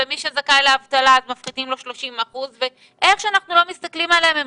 ומי שזכאי לאבטלה אז מפחיתים לו 30%. איך שמסתכלים עליהם,